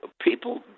people